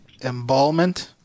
Embalment